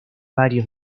varios